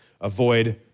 Avoid